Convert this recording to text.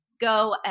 Go